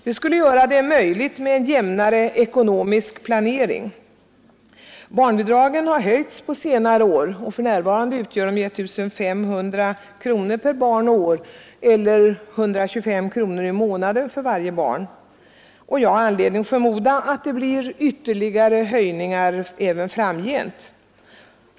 Det skulle möjliggöra en jämnare ekonomisk planering. Barnbidragen har höjts på senare år, och för närvarande utgör de för varje barn 1 500 kronor per år eller 125 kronor i månaden. Jag har anledning förmoda att det blir ytterligare höjningar även framgent.